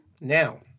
now